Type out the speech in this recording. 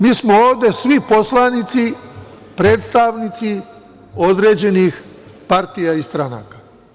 Mi smo ovde svi poslanici, predstavnici određenih partija i stranaka.